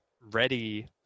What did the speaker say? ready